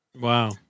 Wow